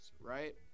right